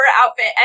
outfit